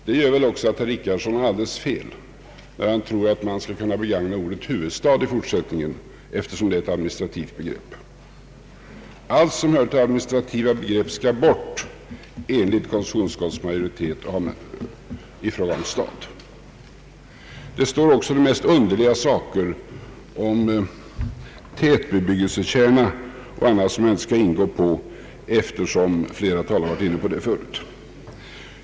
Det gör väl också att herr Richardson har alldeles fel, när han tror att man skall kunna begagna ordet huvudstad i fortsättningen, eftersom det är ett administrativt begrepp. Allt som hör till administrativa begrepp i fråga om stad skall bort enligt konstitutionsutskottets majoritet. I utlåtandet står också de mest underliga saker om tätbebyggelsekärna och annat, som jag inte skall ingå på, eftersom flera talare har berört den frågan tidigare.